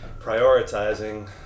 prioritizing